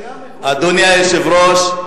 אדוני היושב-ראש,